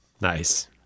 Nice